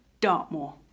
Dartmoor